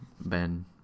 Ben